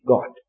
God